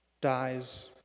dies